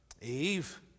Eve